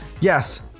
Yes